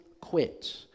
quit